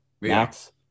max